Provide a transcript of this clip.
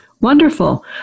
Wonderful